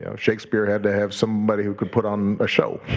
ah shakespeare had to have somebody who could put on a show,